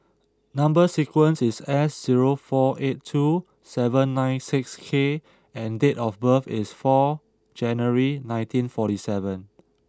number sequence is S zero four eight two seven nine six K and date of birth is four January nineteen forty seven